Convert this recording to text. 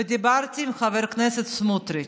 ודיברתי עם חבר הכנסת סמוטריץ',